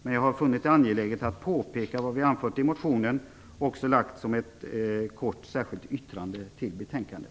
Men jag har funnit det angeläget att påpeka vad vi anfört i motionen och lagt ett kort särskilt yttrande till betänkandet.